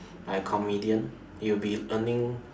like a comedian he would be earning